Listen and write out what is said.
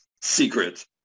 secret